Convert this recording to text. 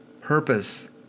purpose